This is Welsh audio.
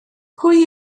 pwy